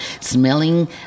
smelling